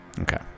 Okay